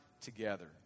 together